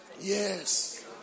Yes